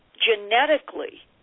genetically